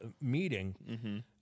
meeting